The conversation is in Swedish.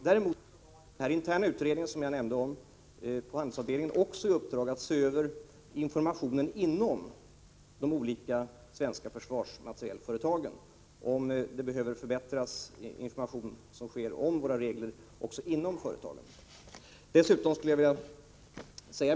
Däremot har den interna utredning inom handelsavdelningen som jag nämnde om också i uppdrag att se över informationen om våra regler inom de olika svenska försvarsmaterielföretagen.